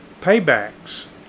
Paybacks